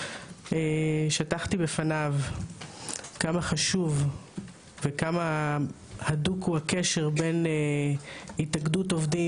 שטחתי בפניו כמה חשוב וכמה הדוק הוא הקשר בין התאגדות עובדים